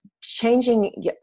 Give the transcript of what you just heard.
changing